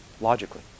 logically